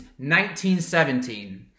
1917